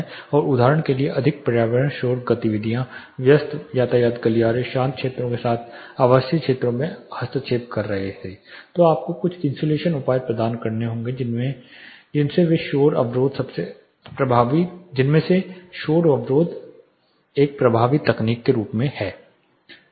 और उदाहरण के लिए अधिक पर्यावरणीय शोर गतिविधियां व्यस्त यातायात गलियारे शांत क्षेत्रों के साथ आवासीय क्षेत्रों में हस्तक्षेप कर रहे थे तो आपको कुछ इन्सुलेशन उपाय प्रदान करने होंगे जिनमें से शोर अवरोध सबसे प्रभावी तकनीकों में से एक है